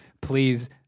Please